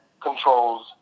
controls